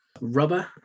Rubber